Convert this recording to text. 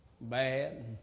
bad